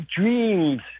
dreams